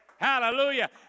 Hallelujah